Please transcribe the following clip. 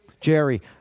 Jerry